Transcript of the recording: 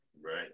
right